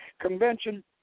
convention